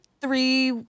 three